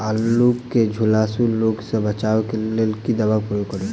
आलु केँ झुलसा रोग सऽ बचाब केँ लेल केँ दवा केँ प्रयोग करू?